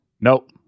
Nope